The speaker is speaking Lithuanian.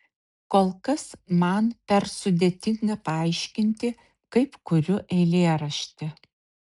kol kas man per sudėtinga paaiškinti kaip kuriu eilėraštį